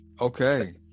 Okay